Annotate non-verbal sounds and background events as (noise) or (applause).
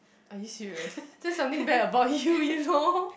are you serious that's something bad about you you know (laughs)